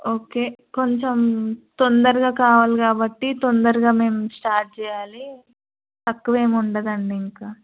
okay కొంచెం తొందరగా కావాలి కాబట్టి తొందరగా మేము స్టార్ట్ చేయాలి తక్కువ ఏమి ఉండదు అండి ఇంకా